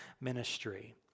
ministry